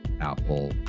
Apple